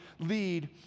lead